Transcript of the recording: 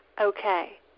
okay